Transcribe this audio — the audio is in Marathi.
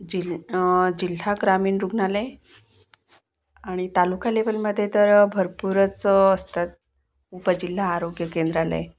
जिल जिल्हा ग्रामीण रुग्णालय आणि तालुका लेवलमध्ये तर भरपूरच असतात उपजिल्हा आरोग्य केंद्रालय